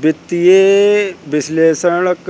वित्तीय विश्लेषक